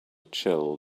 chill